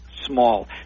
small